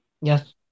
Yes